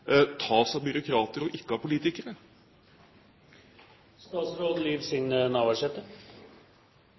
tas av byråkrater og ikke av politikere?